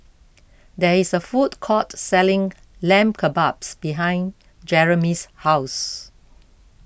there is a food court selling Lamb Kebabs behind Jeremy's house